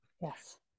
yes